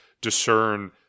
discern